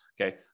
Okay